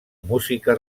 música